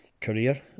career